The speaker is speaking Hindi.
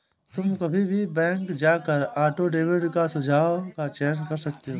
तुम कभी भी बैंक जाकर ऑटो डेबिट का सुझाव का चयन कर सकते हो